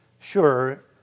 sure